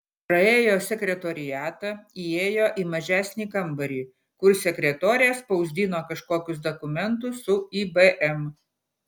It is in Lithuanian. praėjo sekretoriatą įėjo į mažesnį kambarį kur sekretorė spausdino kažkokius dokumentus su ibm